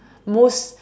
most